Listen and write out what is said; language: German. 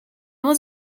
nur